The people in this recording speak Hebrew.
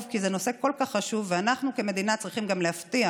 כי זה נושא כל כך חשוב ואנחנו כמדינה צריכים גם להבטיח